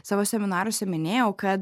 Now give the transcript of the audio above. savo seminaruose minėjau kad